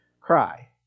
Cry